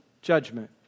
judgment